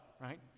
right